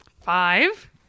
Five